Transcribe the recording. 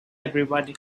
everybody